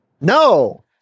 No